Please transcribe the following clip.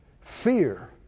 Fear